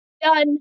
done